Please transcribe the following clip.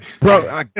Bro